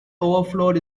overflowed